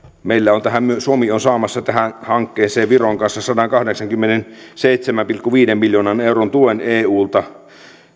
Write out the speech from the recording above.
suomi on saamassa tähän hankkeeseen viron kanssa sadankahdeksankymmenenseitsemän pilkku viiden miljoonan euron tuen eulta